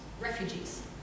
refugees